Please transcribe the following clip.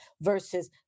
versus